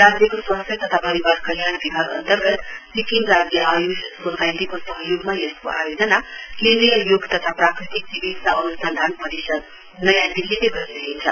राज्यको सवास्थ्य तथा परिवार कल्याण विभाग अन्तर्गत सिक्किम राज्य आयूष सोसाइटीको सहयोगमा यसको आयोजना केन्द्रीय योग तथा प्राकृतिक चिकित्सा अन्सन्धान परिषद नयाँ दिल्लीले गरिरहेछ